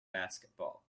basketball